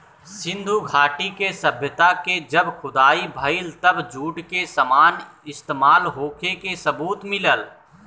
सिंधु घाटी के सभ्यता के जब खुदाई भईल तब जूट के सामान इस्तमाल होखे के सबूत मिलल